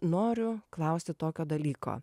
noriu klausti tokio dalyko